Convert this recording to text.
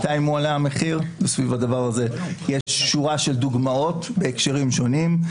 מתי מועלה המחיר וסביב הדבר הזה יש שורה של דוגמאות בהקשרים שונים,